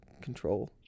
control